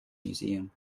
museum